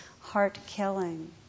heart-killing